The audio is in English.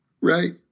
right